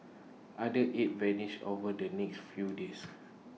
other eight vanished over the next few days